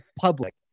public